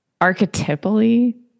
archetypally